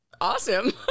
awesome